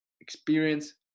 experience